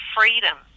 freedom